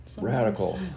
Radical